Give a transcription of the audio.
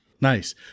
Nice